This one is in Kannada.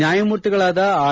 ನ್ಯಾಯಮೂರ್ತಿಗಳಾದ ಆರ್